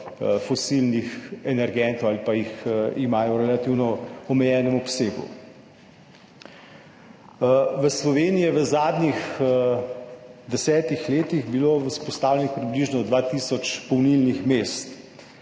fosilnih energentov ali pa jih imajo v relativno omejenem obsegu. V Sloveniji je bilo v zadnjih desetih letih vzpostavljenih približno dva tisoč polnilnih mest.